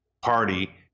party